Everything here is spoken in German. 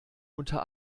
unter